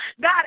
God